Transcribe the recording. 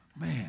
Man